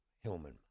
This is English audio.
Hillman